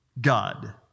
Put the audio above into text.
God